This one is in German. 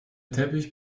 teppich